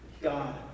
God